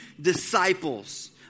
disciples